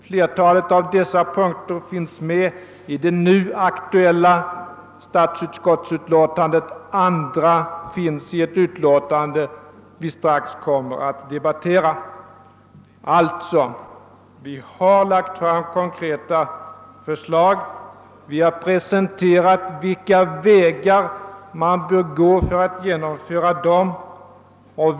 Flertalet av dessa förslag behandlas i det nu aktuella statsutskottsutlåtandet, medan andra behandlas i ett statsutskottsutlåtande som kammaren strax skall debattera. Vi har alltså lagt fram konkreta förslag och vi har preciserat vilka vägar man bör gå för att genomföra dessa förslag.